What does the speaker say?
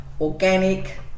organic